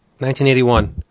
1981